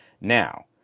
Now